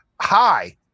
Hi